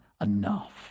enough